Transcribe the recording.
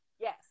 Yes